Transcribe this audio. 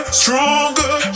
stronger